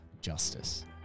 justice